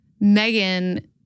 Megan